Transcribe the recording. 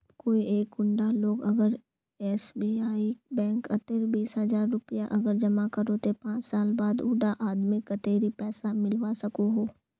कोई एक कुंडा लोग अगर एस.बी.आई बैंक कतेक बीस हजार रुपया अगर जमा करो ते पाँच साल बाद उडा आदमीक कतेरी पैसा मिलवा सकोहो?